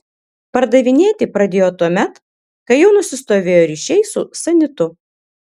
pardavinėti pradėjo tuomet kai jau nusistovėjo ryšiai su sanitu